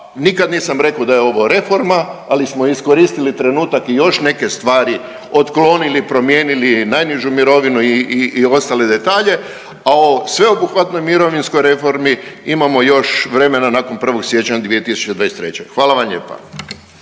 nikad nisam rekao da je ovo reforma, ali smo iskoristili trenutak i još neke stvari otklonili, promijenili najnižu mirovinu i ostale detalje, a o sveobuhvatnoj mirovinskoj reformi imamo još vremena nakon 1. siječnja 2023. Hvala vam lijepa.